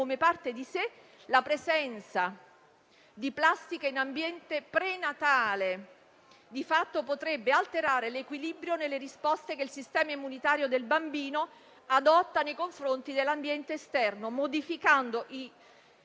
come parte di sé, la presenza di plastica in ambiente prenatale di fatto potrebbe alterare l'equilibrio nelle risposte che il sistema immunitario del bambino adotta nei confronti dell'ambiente esterno, modificando i